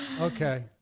Okay